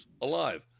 alive